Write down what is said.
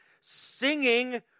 singing